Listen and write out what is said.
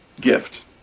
gift